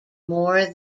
more